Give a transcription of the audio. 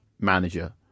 manager